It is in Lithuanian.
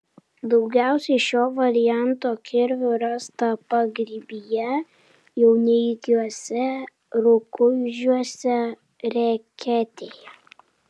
daugiausiai šio varianto kirvių rasta pagrybyje jauneikiuose rukuižiuose reketėje